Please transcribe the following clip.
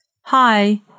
Hi